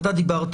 דיברת